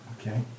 Okay